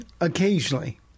occasionally